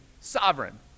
sovereign